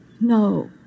No